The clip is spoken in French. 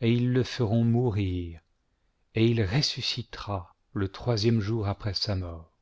et ils le feront mourir et il ressuscitera le troisième jour après sa mort